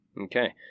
Okay